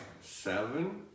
seven